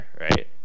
right